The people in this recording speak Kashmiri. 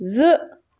زٕ